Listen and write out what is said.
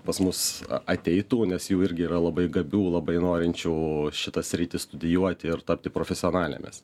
pas mus ateitų nes jų irgi yra labai gabių labai norinčių šitą sritį studijuoti ir tapti profesionalėmis